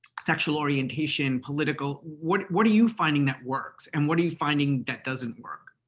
sexual orientation, political. what what are you finding that works and what are you finding that doesn't work?